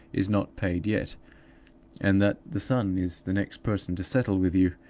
is not paid yet and that the son is the next person to settle with you,